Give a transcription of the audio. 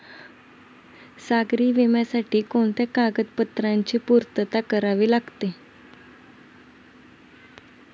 सागरी विम्यासाठी कोणत्या कागदपत्रांची पूर्तता करावी लागते?